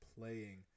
playing